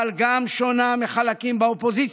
אבל גם שונה משל חלקים באופוזיציה.